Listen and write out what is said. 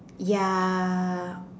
ya